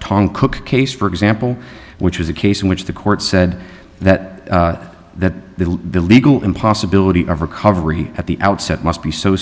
tongue cook case for example which was a case in which the court said that that the legal in possibility of recovery at the outset must be so